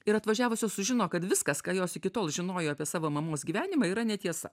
ir atvažiavusios sužino kad viskas ką jos iki tol žinojo apie savo mamos gyvenimą yra netiesa